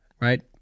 right